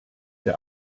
der